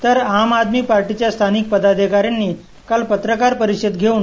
तर आम आदमी पार्टीच्या स्थानिक पदाधिकाऱ्यांनी काल पत्रकार परिषद घेऊन